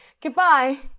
goodbye